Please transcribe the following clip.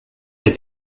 der